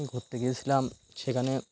ঘুরতে গিয়েছিলাম সেখানে